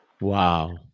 Wow